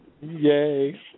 Yay